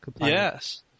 Yes